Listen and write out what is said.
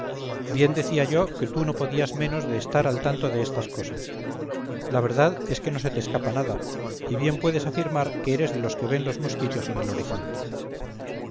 bien decía yo que tú no podías menos de estar al tanto de estas cosas la verdad es que no se te escapa nada y bien puedes afirmar que eres de los que ven los mosquitos en el horizonte